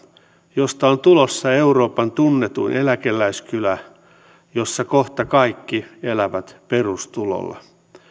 josta on tulossa euroopan tunnetuin eläkeläiskylä jossa kohta kaikki elävät perustulolla